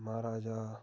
महाराजा